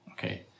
Okay